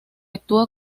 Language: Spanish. actúa